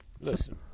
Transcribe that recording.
Listen